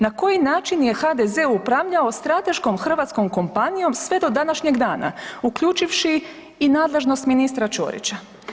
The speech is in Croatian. Na koji način je HDZ upravljao strateškom hrvatskom kompanijom sve do današnjeg dana uključivši i nadležnost ministra Ćorića?